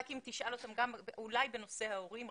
רק אם תשאל אותם גם אולי בנושא ההורים,